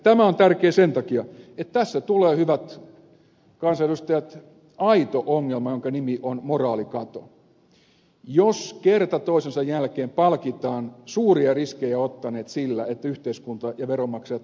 tämä on tärkeää sen takia että tässä tulee hyvät kansanedustajat aito ongelma jonka nimi on moraalikato jos kerta toisensa jälkeen palkitaan suuria riskejä ottaneet sillä että yhteiskunta ja veronmaksajat tulevat ja maksavat